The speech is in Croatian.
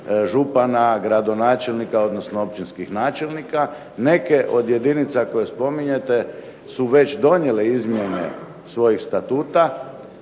župana, gradonačelnika odnosno općinskih načelnika. Neke od jedinica koje spominjete su već donijele izmijene svojih statuta.